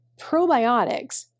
Probiotics